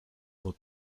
look